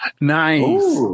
Nice